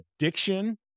addiction